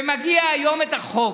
ומגיע היום החוק